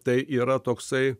tai yra toksai